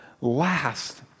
last